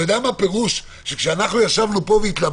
אתה יודע מה פירוש כשישבנו פה והתלבטנו